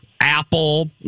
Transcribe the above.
Apple